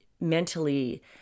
mentally